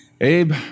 Abe